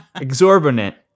Exorbitant